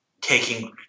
taking